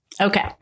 okay